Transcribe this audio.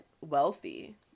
wealthy